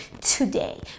today